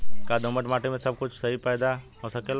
का दोमट माटी में सबही कुछ पैदा हो सकेला?